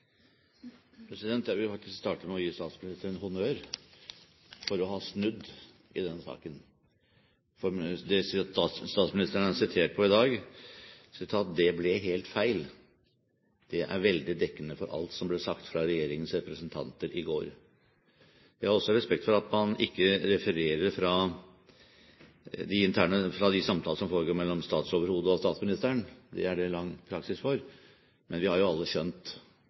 Jeg vil faktisk starte med å gi statsministeren honnør for å ha snudd i denne saken. For det statsministeren er sitert på i dag, «dette ble helt feil», er veldig dekkende for alt som ble sagt av regjeringens representanter i går. Jeg har også respekt for at man ikke refererer fra de samtalene som foregår mellom statsoverhodet og statsministeren, det er det lang praksis for, men vi har jo alle skjønt